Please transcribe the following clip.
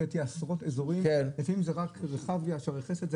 עשרות אזורים לפעמים זה רק רחביה שערי חסד,